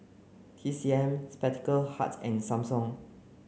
T C M Spectacle Hut and Samsung